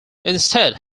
instead